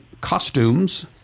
costumes